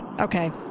Okay